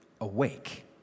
Awake